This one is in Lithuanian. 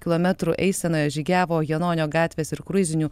kilometrų eisenoje žygiavo janonio gatvės ir kruizinių